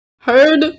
heard